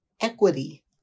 equity